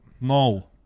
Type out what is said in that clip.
No